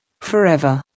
forever